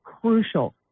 crucial